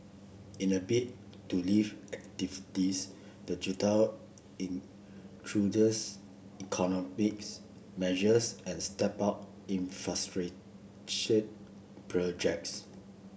in a bid to lift activities the introduce economics measures and stepped up infrastructure projects